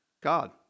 God